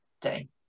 day